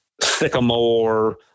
sycamore